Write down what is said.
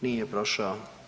Nije prošao.